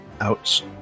Outs